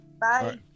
Bye